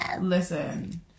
listen